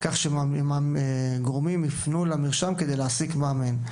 כך שגורמים יפנו אל המרשם כדי להעסיק מאמן.